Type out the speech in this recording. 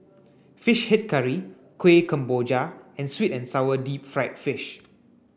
fish head curry Kuih Kemboja and sweet and sour deep fried fish